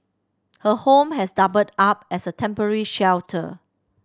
her home has doubled up as a temporary shelter